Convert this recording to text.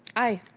aye.